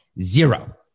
Zero